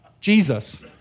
Jesus